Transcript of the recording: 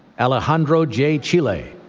alejandro j. chile,